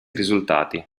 risultati